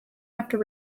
after